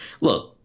look